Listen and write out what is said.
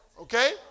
Okay